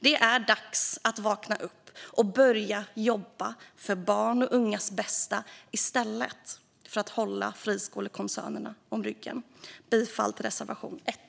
Det är dags att vakna upp och börja jobba för barns och ungas bästa i stället för att hålla friskolekoncernerna om ryggen. Jag yrkar bifall till reservation 1.